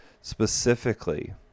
Specifically